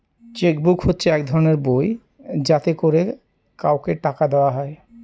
check book হচ্ছে এক ধরনের বই যাতে করে কাউকে টাকা দেওয়া হয়